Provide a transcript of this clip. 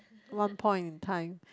one point in time